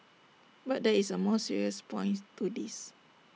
but there is A more serious points to this